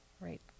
Right